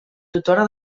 tutora